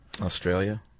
australia